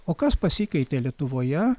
o kas pasikeitė lietuvoje